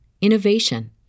innovation